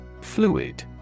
Fluid